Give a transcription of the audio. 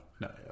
no